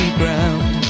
ground